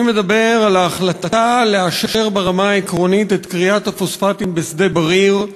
אני מדבר על ההחלטה לאשר ברמה העקרונית את כריית הפוספטים בשדה-בריר,